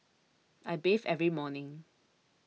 I bathe every morning